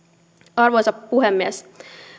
arvoisa puhemies